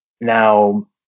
Now